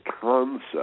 concept